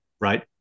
Right